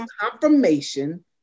confirmation